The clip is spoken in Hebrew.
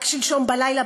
רק שלשום בלילה,